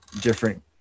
different